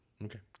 Okay